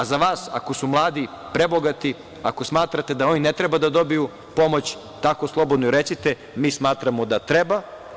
A za vas, ako su mladi prebogati, ako smatrate da oni ne treba da dobiju pomoć, tako slobodno i recite, mi smatramo da treba.